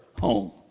home